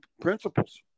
principles